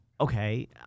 okay